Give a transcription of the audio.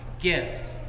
gift